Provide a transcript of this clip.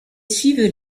suivent